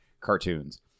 cartoons